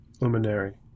Luminary